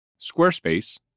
Squarespace